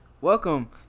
Welcome